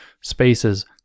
spaces